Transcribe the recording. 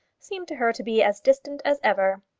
seemed to her to be as distant as ever.